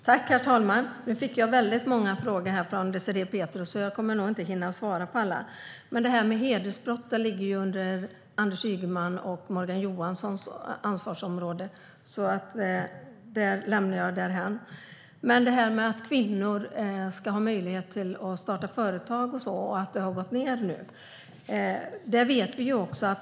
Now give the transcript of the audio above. Herr talman! Nu fick jag väldigt många frågor från Désirée Pethrus. Jag kommer nog inte att hinna svara på alla. Men det här med hedersbrott ligger ju inom Anders Ygemans och Morgan Johanssons ansvarsområde, så det lämnar jag därhän. Désirée Pethrus talar om kvinnors möjlighet att starta företag och säger att antalet nu har gått ned.